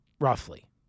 roughly